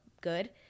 good